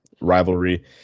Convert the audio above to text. rivalry